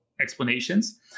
explanations